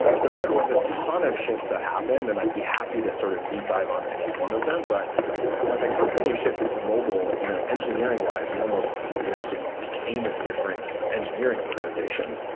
so, there was a ton of shifts that happened and i'd be happy to sort of deep dive on any one of them. but when the company shifted to mobile, you know engineering-wise, we almost you know so became a different engineering organization.